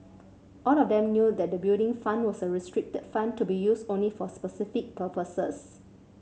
all of them knew that the Building Fund was a restricted fund to be used only for specific purposes